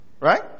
Right